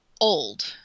old